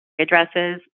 addresses